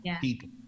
people